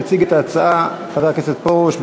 יציג את ההצעה חבר הכנסת פרוש.